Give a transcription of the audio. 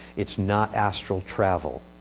it's not astral travel.